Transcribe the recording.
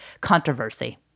controversy